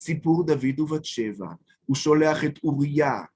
סיפור דוד ובת שבע, הוא שולח את אוריה.